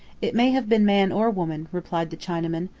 it may have been man or woman, replied the chinaman,